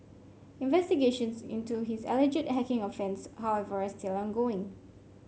investigations into his alleged hacking offence however are still ongoing